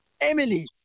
Emily